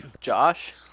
Josh